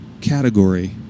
category